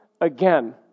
Again